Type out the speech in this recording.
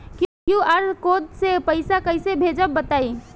QR code से पईसा कईसे भेजब बताई?